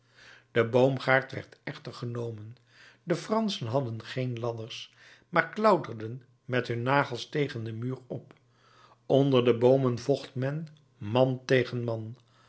de boomgaard werd echter genomen de franschen hadden geen ladders maar klauterden met hun nagels tegen den muur op onder de boomen vocht men man tegen man